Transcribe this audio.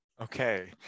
Okay